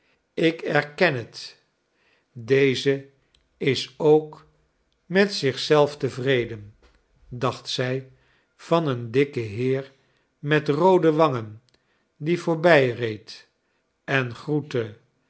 ik erken het deze is ook met zich zelf tevreden dacht zij van een dikken heer met roode wangen die voorbijreed en groette